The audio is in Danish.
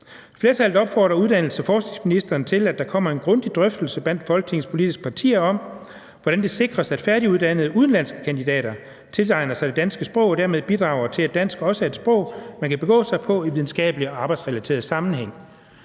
Flertallet opfordrer uddannelses- og forskningsministeren til, at der kommer en grundig drøftelse blandt Folketingets politiske partier om, hvordan det sikres, at færdiguddannede udenlandske kandidater tilegner sig det danske sprog og dermed bidrager til, at dansk også er et sprog, man kan begå sig på i videnskabelig og arbejdsrelateret sammenhæng.